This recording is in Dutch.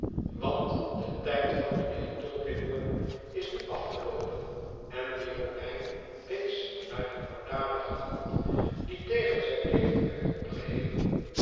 want de tijd van mijnheer tulkinghorn is nu afgeloopen en die romein wees naar de moorddadige hand die tegen zijn leven werd opgeheven